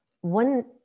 one